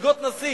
מלגות נשיא